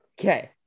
Okay